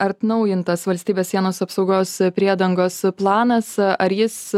atnaujintas valstybės sienos apsaugos priedangos planas ar jis